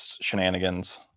shenanigans